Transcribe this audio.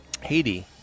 Haiti